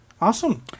awesome